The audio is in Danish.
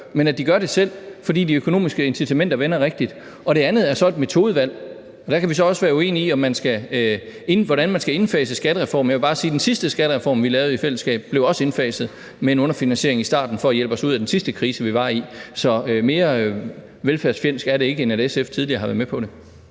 men at de gør det selv, fordi de økonomiske incitamenter vender rigtigt. Det andet er så et metodevalg. Der kan vi så også være uenige om, hvordan man skal indfase skattereformen. Jeg vil bare sige, at den sidste skattereform, vi lavede i fællesskab, også blev indfaset med en underfinansiering i starten for at hjælpe os ud af den sidste krise, vi var i. Så mere velfærdsfjendsk er det ikke, end at SF tidligere har været med på det.